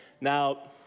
Now